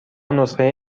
نسخه